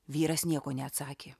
vyras nieko neatsakė